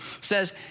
says